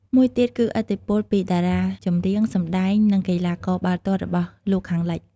មួយទៀតគឺឥទ្ធិពលពីតារាចម្រៀង សម្ដែង និងកីឡាករបាល់ទាត់របស់លោកខាងលិច។